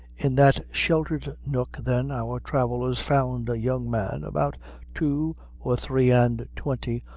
in that sheltered nook, then, our travellers found a young man about two or three and twenty,